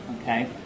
okay